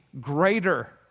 greater